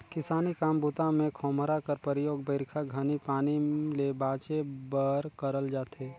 किसानी काम बूता मे खोम्हरा कर परियोग बरिखा घनी पानी ले बाचे बर करल जाथे